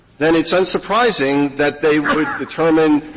then it's unsurprising that they would determine,